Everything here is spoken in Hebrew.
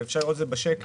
ואפשר לראות את זה בשקף,